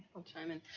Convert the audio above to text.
i'll chime in.